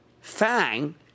FANG